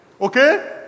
Okay